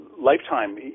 lifetime